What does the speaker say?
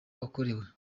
wakorewe